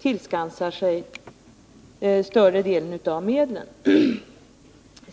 tillskansar sig större delen av medlen.